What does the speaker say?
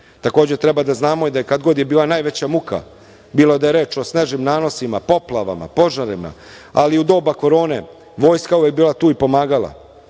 treba da znamo da kada god je bila najveća muka, bilo da je reč o snežnim nanosima, poplavama, požarima, ali i u doba korone, vojska je uvek bila tu i pomagala.